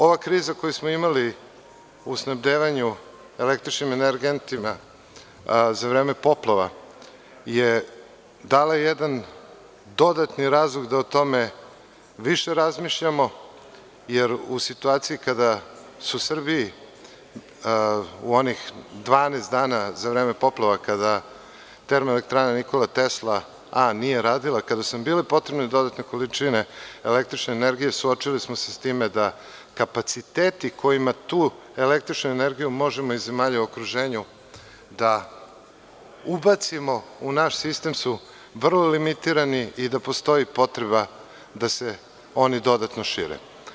Ova kriza koju smo imali u snabdevanju električnim energentima za vreme poplava je dala jedan dodatni razlog da o tome više razmišljamo, jer u situaciji kada su u Srbiji, u onih 12 dana za vreme poplava, kada Termoelektrana „ Nikola Tesla“ A nije radila, kada su nam bile potrebne dodatne količine električne energije, suočili smo se s time, da kapaciteti kojima tu električnu energiju možemo iz zemalja iz okruženja da ubacimo u naš sistem, su vrlo limitirani i da postoji potreba da se oni dodatno šire.